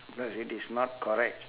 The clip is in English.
because it is not correct